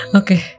okay